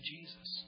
Jesus